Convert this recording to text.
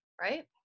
right